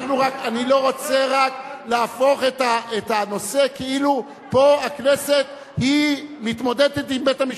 אני לא רוצה להפוך את הנושא כאילו פה הכנסת מתמודדת עם בית-המשפט.